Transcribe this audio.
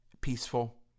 peaceful